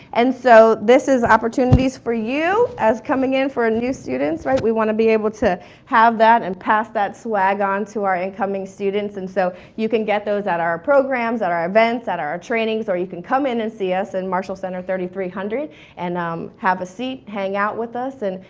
and so, this is opportunities for you as coming in for new students, right, we want to be able to have that and pass that swag on to our incoming students. and so, you can get those at our programs, at our events, at our trainings, or you can come in and see us in marshall center three thousand three hundred and um have a seat, hang out with us and,